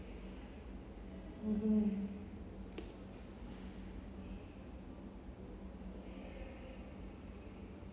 mmhmm